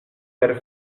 per